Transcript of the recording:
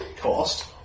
cost